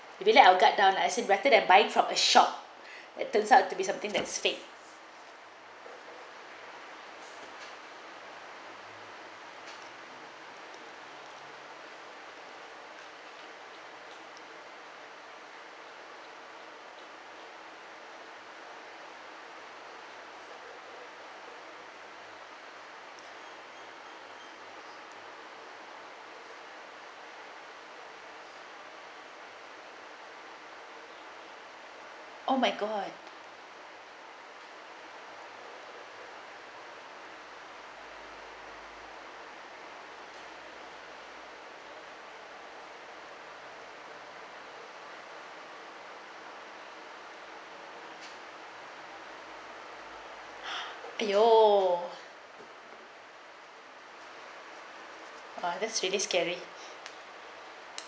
if you let your guard down I said rather than buying from a shop it turns out to be something that is fake oh my god !aiyo! ah that's really scary